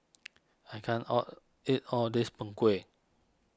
I can't all eat all of this Png Kueh